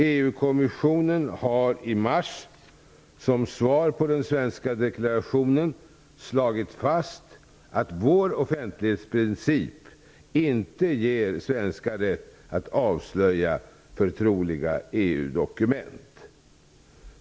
EU-kommissionen har i mars, som svar på den svenska deklarationen, slagit fast att vår offentlighetsprincip inte ger svenskar rätt att avslöja förtroliga EU-dokument.